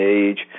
age